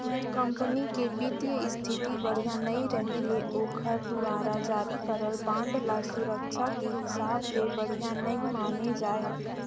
company के बित्तीय इस्थिति बड़िहा नइ रहें ले ओखर दुवारा जारी करल बांड ल सुरक्छा के हिसाब ले बढ़िया नइ माने जाए